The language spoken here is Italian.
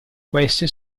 queste